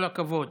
כל הכבוד,